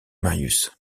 marius